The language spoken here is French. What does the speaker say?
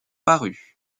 parus